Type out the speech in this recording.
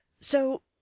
So